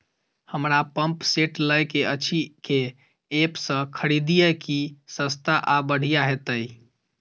हमरा pump set लय केँ अछि केँ ऐप सँ खरिदियै की सस्ता आ बढ़िया हेतइ?